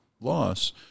loss